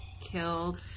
killed